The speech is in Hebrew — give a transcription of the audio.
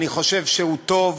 אני חושב שהוא טוב.